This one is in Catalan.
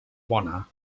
bona